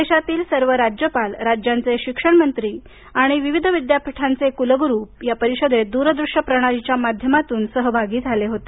देशातील सर्व राज्यपाल राज्यांचे शिक्षणमंत्री आणि विविध विद्यापीठांचे कुलगुरू परिषदेत द्रदृश्य प्रणालीच्या माध्यमातून सहभागी झाले होते